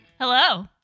Hello